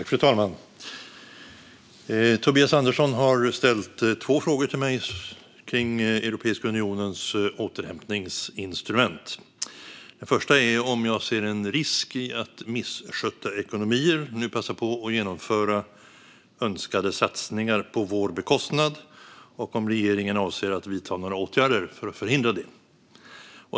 Fru talman! Tobias Andersson har ställt två frågor till mig kring Europeiska unionens återhämtningsinstrument. Den första är om jag ser en risk i att misskötta ekonomier nu passar på att genomföra önskade satsningar på vår bekostnad och om regeringen avser att vidta några åtgärder för att förhindra det.